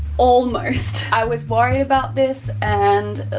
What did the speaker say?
almost. i was worried about this and,